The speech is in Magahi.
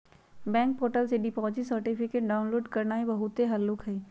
बैंक पोर्टल से डिपॉजिट सर्टिफिकेट डाउनलोड करनाइ बहुते हल्लुक हइ